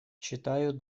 читаю